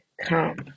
come